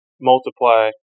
multiply